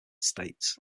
states